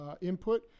input